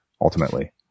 ultimately